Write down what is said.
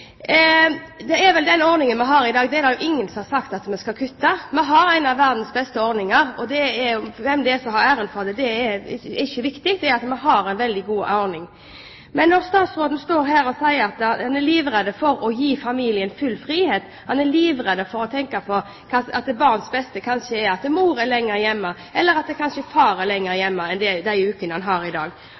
det er vel ingen som har sagt at vi skal kutte i. Vi har en av verdens beste ordninger. Hvem som har æren for det, er ikke det viktige, men at vi har en veldig god ordning. Statsråden står her og sier at han er livredd for å gi familien full frihet, han er livredd for å tenke at barnets beste kanskje er at mor er lenger hjemme, eller kanskje at far er lenger hjemme enn de ukene han har i dag.